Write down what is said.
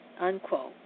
unquote